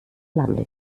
lange